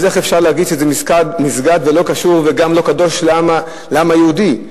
אז איך אפשר לומר שזה מסגד וזה לא קשור וגם לא קדוש לעם היהודי?